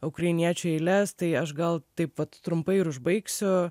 ukrainiečių eiles tai aš gal taip vat trumpai ir užbaigsiu